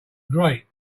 great